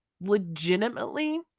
legitimately